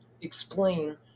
explain